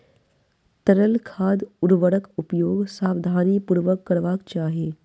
तरल खाद उर्वरकक उपयोग सावधानीपूर्वक करबाक चाही